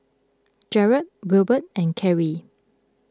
Jarod Wilbert and Kerri